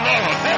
Lord